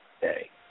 day